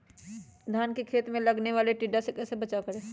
धान के खेत मे लगने वाले टिड्डा से कैसे बचाओ करें?